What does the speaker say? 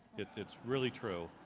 it's really true.